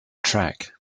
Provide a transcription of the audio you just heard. track